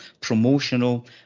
promotional